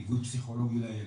ליווי פסיכולוגי לילד,